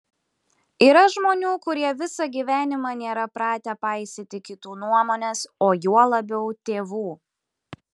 yra žmonių kurie visą gyvenimą nėra pratę paisyti kitų nuomonės o juo labiau tėvų